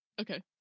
Okay